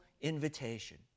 invitation